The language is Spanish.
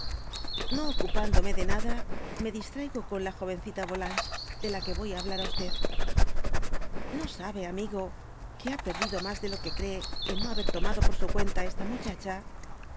no ocupándome nada me distraigo con la joycncita yolanges de la que yoy á hablar á no sabe amigo que ha perdido mas de lo que cree en no haber tomado por su cuenta esta muchacha